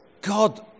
God